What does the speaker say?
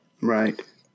right